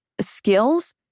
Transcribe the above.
skills